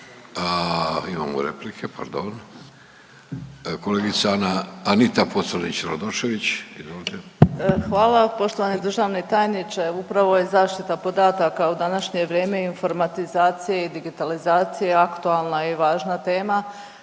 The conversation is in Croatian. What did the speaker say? vam. Poštovani državni tajniče upravo je zaštita podataka u današnje vrijeme informatizacije i digitalizacije aktualna i važna tema.